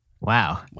Wow